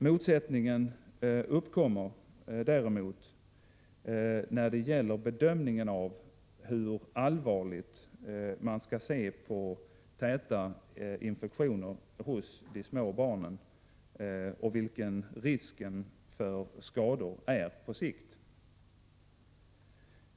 Motsättningen uppkommer däremot när det gäller bedömningen av hur allvarligt man skall se på täta infektioner hos de små barnen och vilken risken för skador är på sikt.